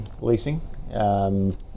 leasing